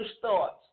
thoughts